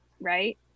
right